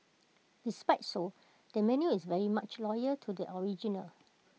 despite so the menu is very much loyal to the original